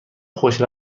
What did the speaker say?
خوش